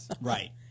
Right